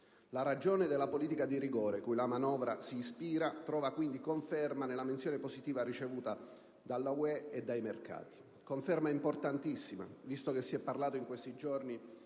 La ragione della politica di rigore, cui la manovra si ispira, trova quindi conferma nella menzione positiva ricevuta dall'Unione europea e dai mercati. Si tratta di una conferma importantissima, visto che si è parlato in questi giorni